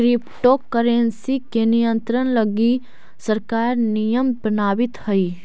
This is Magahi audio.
क्रिप्टो करेंसी के नियंत्रण लगी सरकार नियम बनावित हइ